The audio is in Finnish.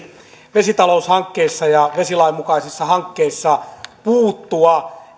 vesitaloushankkeissa ja vesilain mukaisissa hankkeissa puuttua